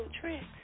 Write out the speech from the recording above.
tricks